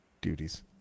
duties